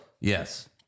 Yes